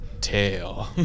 Tail